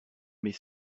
mes